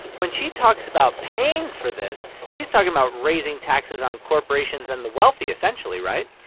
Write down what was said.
when she talks about paying for this, she's talking about raising taxes on corporations and the wealthy essentially, right?